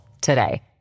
today